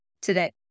today